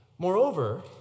Moreover